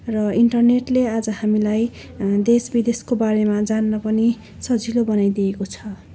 र इन्टरनेटले आज हामीलाई देश विदेशको बारेमा जान्न पनि सजिलो बनाइदिएको छ